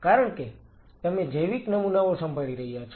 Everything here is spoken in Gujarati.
કારણ કે તમે જૈવિક નમૂનાઓ સંભાળી રહ્યા છો